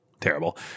terrible